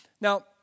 Now